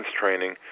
training